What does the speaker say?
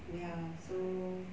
ya so